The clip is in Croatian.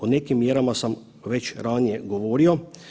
O nekim mjerama sam već ranije govorio.